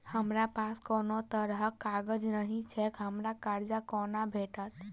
हमरा पास कोनो तरहक कागज नहि छैक हमरा कर्जा कोना भेटत?